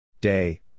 Day